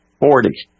Forty